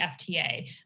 FTA